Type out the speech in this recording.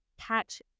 catch